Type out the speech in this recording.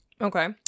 Okay